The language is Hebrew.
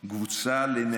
קבוצות למגזר החרדי,